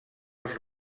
als